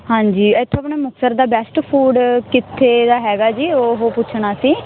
ਹਾਂਜੀ ਇੱਥੋਂ ਆਪਣੇ ਮੁਕਤਸਰ ਦਾ ਬੈਸਟ ਫ਼ੂਡ ਕਿੱਥੇ ਦਾ ਹੈਗਾ ਹੈ ਜੀ ਉਹ ਪੁੱਛਣਾ ਸੀ